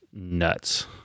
nuts